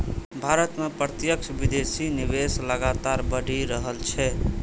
भारत मे प्रत्यक्ष विदेशी निवेश लगातार बढ़ि रहल छै